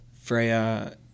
Freya